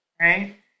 right